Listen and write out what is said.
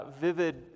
Vivid